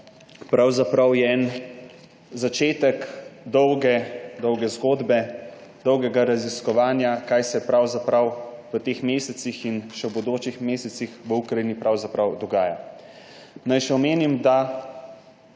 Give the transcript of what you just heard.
resolucija je en začetek dolge dolge zgodbe, dolgega raziskovanja, kaj se pravzaprav v teh mesecih in še v bodočih mesecih v Ukrajini dogaja. Naj še omenim, da